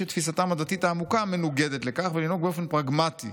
שתפיסתם הדתית העמוקה מנוגדת לכך ולנהוג באופן פרגמטי